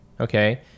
Okay